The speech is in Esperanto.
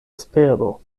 espero